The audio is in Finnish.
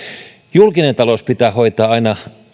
julkinen talous pitää hoitaa aina